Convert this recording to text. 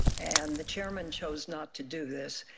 and the chairman chose not to do this,